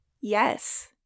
Yes